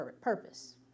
purpose